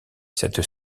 cette